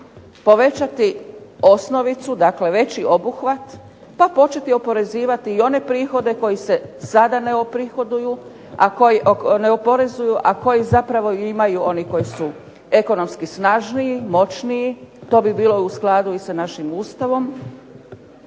povećati osnovicu dakle veći obuhvat pa početi oporezivati i one prihode koji se sada ne oporezuju, a koji zapravo imaju oni koji su ekonomski snažniji, moćniji, to bi bilo u skladu i sa našim Ustavom.